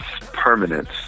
permanence